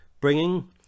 bringing